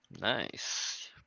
Nice